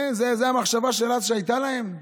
כן, זו המחשבה שהייתה להם אז.